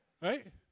Right